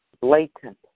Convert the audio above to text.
blatant